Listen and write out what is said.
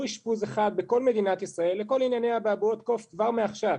אשפוז אחד בכל מדינת ישראל לכל ענייני אבעבועות הקוף כבר מעכשיו.